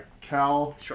Cal